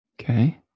okay